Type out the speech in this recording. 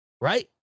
Right